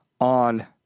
on